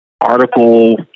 article